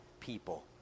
people